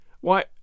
Why